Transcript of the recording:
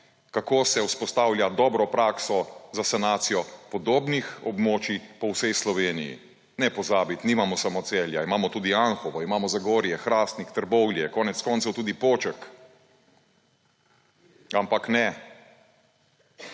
kako se vzpostavlja dobro prakso za sanacijo podobnih območij po vsej Sloveniji. Ne pozabiti, nimamo samo Celja, imamo tudi Anhovo, imamo Zagorje, Hrastnik, Trbovlje, konec koncev tudi Poček. Ampak ne,